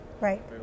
Right